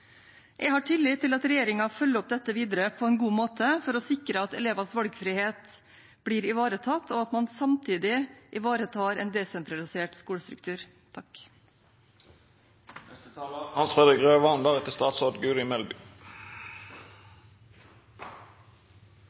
Jeg har tillit til at regjeringen følger opp dette videre på en god måte for å sikre at elevers valgfrihet blir ivaretatt, og at man samtidig ivaretar en desentralisert skolestruktur.